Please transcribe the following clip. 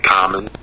Common